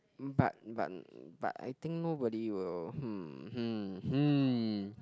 but but but I think nobody will hmm hmm hmm